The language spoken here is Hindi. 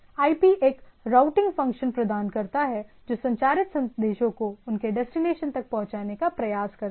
आईपी एक रूटिंग फ़ंक्शन प्रदान करता है जो संचारित संदेशों को उनके डेस्टिनेशन तक पहुँचाने का प्रयास करता है